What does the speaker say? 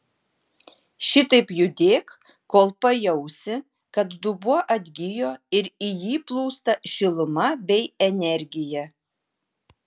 šitaip judėk kol pajausi kad dubuo atgijo ir į jį plūsta šiluma bei energija